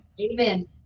amen